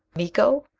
miko?